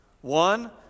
one